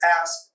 ask